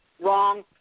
Wrong